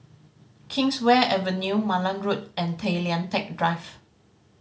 Kingswear Avenue Malan Road and Tay Lian Teck Drive